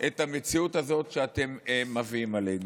את המציאות הזאת שאתם מביאים עלינו.